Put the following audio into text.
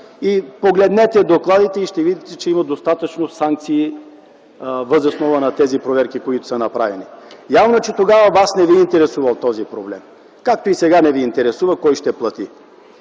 Погледнете докладите и ще видите, че има достатъчно санкции въз основа на тези проверки, които са направени. Явно е, че тогава вас не ви е интересувал този проблем, както и сега не ви интересува кой ще плати.